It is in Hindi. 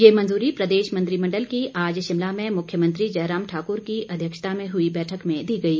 ये मंजूरी प्रदेश मंत्रिमण्डल की आज शिमला में मुख्यमंत्री जयराम ठाक्र की अध्यक्षता में हुई बैठक में दी गई